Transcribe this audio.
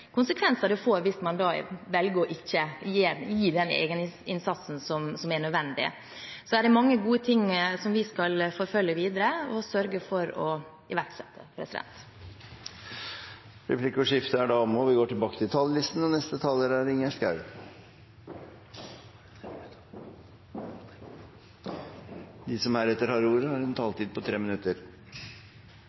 konsekvenser det får hvis man velger å ikke gjøre den egeninnsatsen som er nødvendig. Så det er mange gode ting vi skal følge opp videre og sørge for å iverksette. Replikkordskiftet er omme. De talere som heretter får ordet, har en taletid på inntil 3 minutter.